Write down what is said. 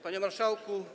Panie Marszałku!